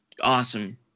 awesome